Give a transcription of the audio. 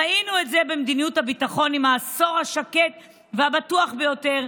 ראינו את זה במדיניות הביטחון עם העשור השקט והבטוח ביותר.